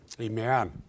Amen